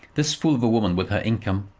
this fool of a woman with her income,